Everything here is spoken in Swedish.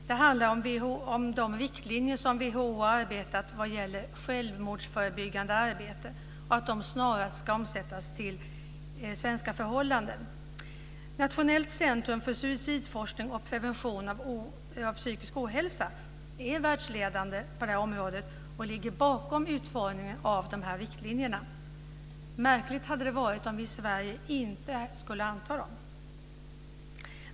Det handlar om de riktlinjer som WHO har utarbetat vad gäller självmordsförebyggande arbete och att de snarast ska omsättas till svenska förhållanden. Nationellt centrum för suicidforskning och prevention av psykisk ohälsa är världsledande på detta område och ligger bakom utformningen av dessa riktlinjer. Märkligt hade det varit om vi i Sverige inte hade antagit dem.